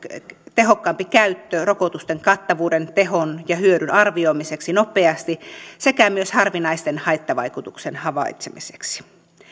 tehokkaampi käyttö rokotusten kattavuuden tehon ja hyödyn arvioimiseksi nopeasti sekä myös harvinaisten haittavaikutusten havaitsemiseksi